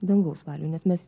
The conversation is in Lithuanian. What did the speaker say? dangaus valioj nes mes